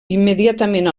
immediatament